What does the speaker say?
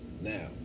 Now